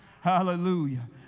Hallelujah